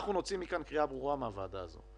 אנחנו נוציא מכאן קריאה ברורה, מהוועדה הזו,